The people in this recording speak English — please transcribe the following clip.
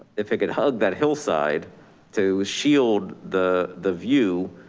if it could hug that hillside to shield the the view,